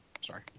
Sorry